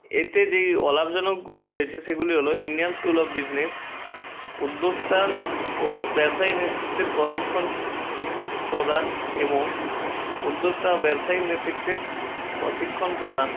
এতে যেই অলাভজনকগুলি রয়েছে সেগুলি হলো ইন্ডিয়ান স্কুল অফ বিজনেস উদ্যোক্তা ও ব্যবসায়ী নেতৃত্বের প্রশিক্ষণ প্রদান এবং উদ্যোক্তা ও ব্যবসায়ীর নেতৃত্বে প্রশিক্ষণ প্রদান